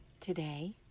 Today